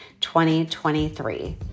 2023